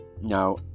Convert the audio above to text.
now